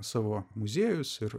savo muziejus ir